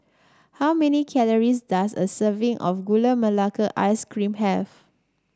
how many calories does a serving of Gula Melaka Ice Cream have